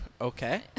Okay